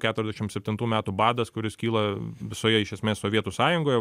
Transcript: keturiasdešim septintų metų badas kuris kyla visoje iš esmės sovietų sąjungoje